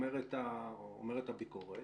הביקורת